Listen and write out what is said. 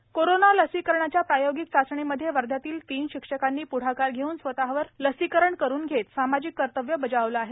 चाचणी कोरोना लसीकरणाच्या प्रायोगिक चाचणीमध्येही वध्यातील तीन शिक्षकांनी प्ढाकार घेऊन स्वतवर लसीकरण करून घेत सामाजिक कर्तव्यबजावले आहे